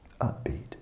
Upbeat